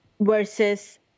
versus